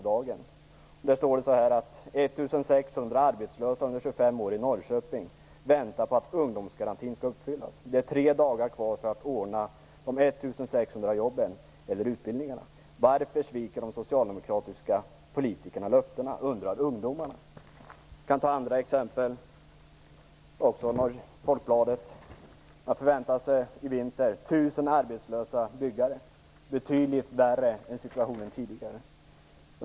Det var på rättvisedagen. Norrköping väntar på att ungdomsgarantin skall uppfyllas. Det är tre dagar kvar att ordna de 1 600 jobben eller utbildningarna. Varför sviker de socialdemokratiska politikerna löftena, undrar ungdomarna. Jag kan också ta ett annat exempel från Folkbladet i Norrköping: Här förväntar sig i vinter 1 000 arbetslösa byggare att situationen blir betydligt värre än tidigare.